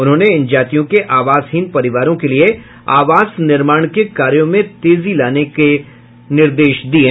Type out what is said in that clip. उन्होंने इन जातियों के आवासहीन परिवारों के लिये आवास निर्माण के कार्यों में तेजी लाने के निर्देश भी दिये